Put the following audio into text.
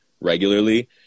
regularly